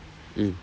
mm